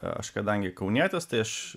aš kadangi kaunietis tai aš